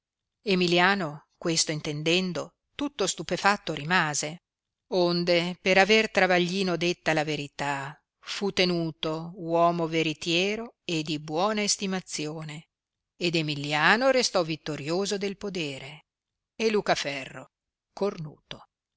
emilliano questo intendendo tutto stupefatto rimase onde per aver travaglino detta la verità fu tenuto uomo veritiero e di buona estimazione ed emilliano restò vittorioso del podere e lucaferro cornuto